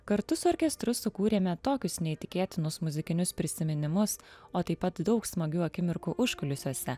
kartu su orkestru sukūrėme tokius neįtikėtinus muzikinius prisiminimus o taip pat daug smagių akimirkų užkulisiuose